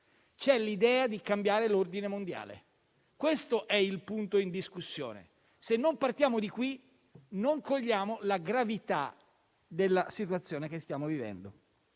c'è l'idea di cambiare l'ordine mondiale. Questo è il punto in discussione; se non partiamo da qui non cogliamo la gravità della situazione che stiamo vivendo.